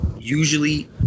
usually